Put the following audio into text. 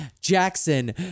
Jackson